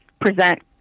present